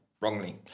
wrongly